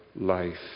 life